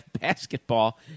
basketball